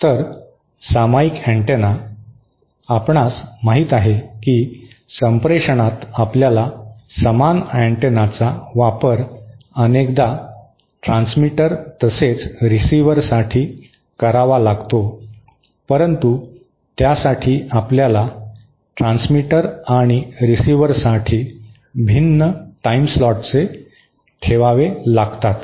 तर सामायिक अँटेना आपणास माहित आहे की संप्रेषणात आपल्याला समान अँटेनाचा वापर अनेकदा ट्रान्समीटर तसेच रिसिव्हरसाठी करावा लागतो परंतु त्यासाठी आपल्याला ट्रान्समीटर आणि रिसिव्हरसाठी भिन्न टाइमस्लॉट्सचे ठेवावे लागतात